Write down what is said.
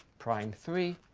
prime three,